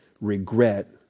regret